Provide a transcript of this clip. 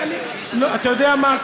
אתה יודע מה,